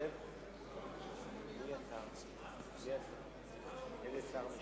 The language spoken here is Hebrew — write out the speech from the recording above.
מי שמעוניין לדבר,